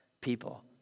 people